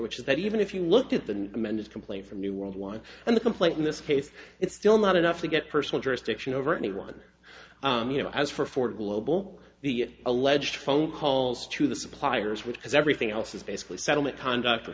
which is that even if you look at the amended complaint from new world one in the complaint in this case it's still not enough to get personal jurisdiction over anyone you know as for for global the alleged phone calls to the suppliers would cause everything else is basically settlement conduct